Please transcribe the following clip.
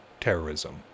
terrorism